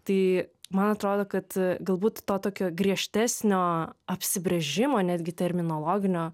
tai man atrodo kad galbūt to tokio griežtesnio apsibrėžimo netgi terminologinio